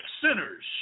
sinners